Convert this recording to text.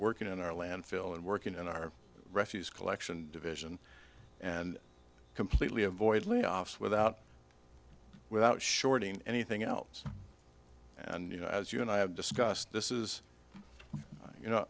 working on our landfill and working on our refuse collection division and completely avoid layoffs without without shorting anything else and you know as you and i have discussed this is you know